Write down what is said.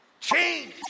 Change